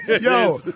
Yo